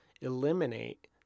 eliminate